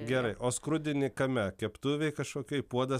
gerai o skrudini kame keptuvėj kažkokioj puode